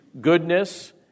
goodness